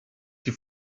die